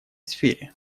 сфере